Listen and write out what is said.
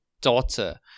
daughter